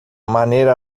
maneira